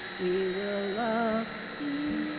we will love the